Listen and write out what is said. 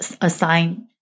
assign